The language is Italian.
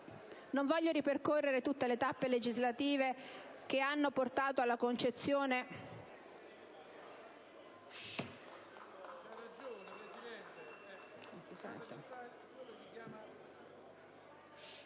Non voglio ripercorrere tutte le tappe legislative che hanno portato alla concezione